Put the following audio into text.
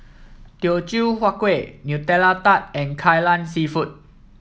Teochew Huat Kueh Nutella Tart And Kai Lan seafood